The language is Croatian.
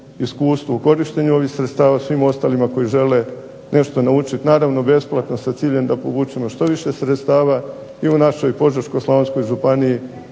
iskustvo u korištenju ovih sredstava, svim ostalima koji žele nešto naučiti, naravno besplatno, sa ciljem da povučemo što više sredstava i u našoj Požeško-slavonskoj županiji